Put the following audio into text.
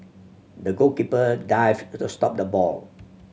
the goalkeeper dived to the stop the ball